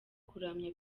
kuramya